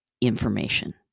information